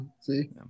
See